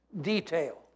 detail